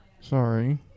Sorry